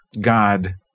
God